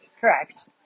Correct